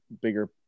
bigger